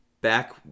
Back